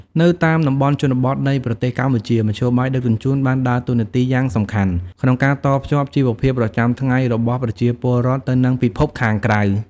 នៅតាមតំបន់ជនបទនៃប្រទេសកម្ពុជា មធ្យោបាយដឹកជញ្ជូនបានដើរតួនាទីយ៉ាងសំខាន់ក្នុងការតភ្ជាប់ជីវភាពប្រចាំថ្ងៃរបស់ប្រជាពលរដ្ឋទៅនឹងពិភពខាងក្រៅ។